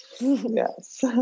yes